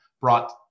brought